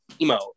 emo